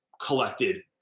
collected